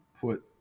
put